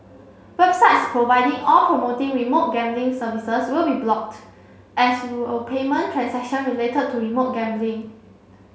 websites providing or promoting remote gambling services will be blocked as will payment transactions related to remote gambling